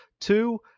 Two